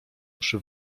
przy